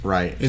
Right